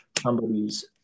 somebody's